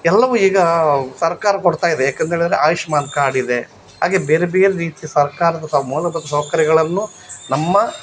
ಎಲ್ಲವು ಈಗ ಸರ್ಕಾರ ಕೊಡ್ತಾಯಿದೆ ಯಾಕೆಂತೇಳಿದ್ರೆ ಆಯುಷ್ಮಾನ್ ಕಾರ್ಡ್ ಇದೆ ಹಾಗೇ ಬೇರೆ ಬೇರೇ ರೀತಿಯ ಸರ್ಕಾರದಂಥ ಮೂಲಭೂತ ಸೌಕರ್ಯಗಳನ್ನು ನಮ್ಮ